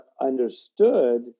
understood